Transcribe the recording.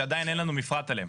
שעדיין אין לנו מפרט עליהם.